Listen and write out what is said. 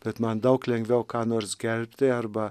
bet man daug lengviau ką nors gerbti arba